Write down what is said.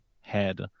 head